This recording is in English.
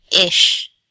Ish